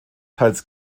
teils